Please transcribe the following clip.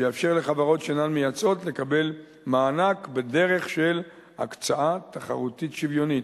שיאפשר לחברות שאינן מייצאות לקבל מענק בדרך של הקצאה תחרותית שוויונית,